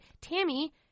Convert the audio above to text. Tammy